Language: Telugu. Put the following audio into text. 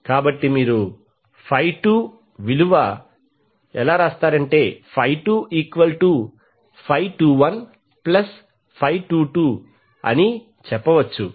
కాబట్టి మీరు 22122 అని చెప్పవచ్చు